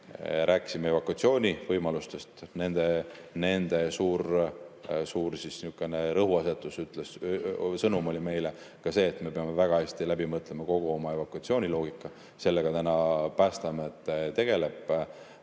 rääkisime evakuatsioonivõimalustest. Nende suur niisugune rõhuasetus, sõnum oli meile ka see, et me peame väga hästi läbi mõtlema kogu oma evakuatsiooniloogika. Sellega Päästeamet tegeleb,